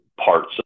parts